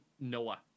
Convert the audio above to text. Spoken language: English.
Noah